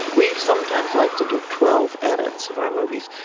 we sometimes like to do twelve edits of our movies.